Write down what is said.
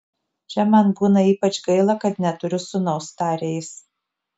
čia man būna ypač gaila kad neturiu sūnaus tarė jis